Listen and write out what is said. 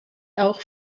auch